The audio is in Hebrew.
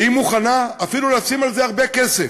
והיא מוכנה אפילו לשים על זה הרבה כסף,